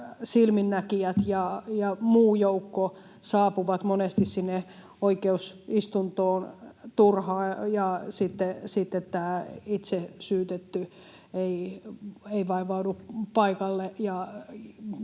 silminnäkijät ja muu joukko saapuvat monesti sinne oikeusistuntoon turhaan ja sitten itse syytetty ei vaivaudu paikalle,